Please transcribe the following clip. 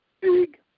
big